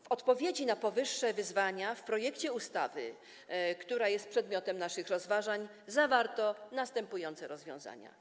W odpowiedzi na powyższe wyzwania w projekcie ustawy, która jest przedmiotem naszych rozważań, zawarto następujące rozwiązania.